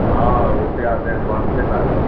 हँ रुपआ तऽ एडभान्से लागत